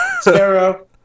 Sparrow